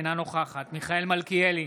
אינה נוכחת מיכאל מלכיאלי,